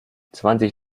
zwanzig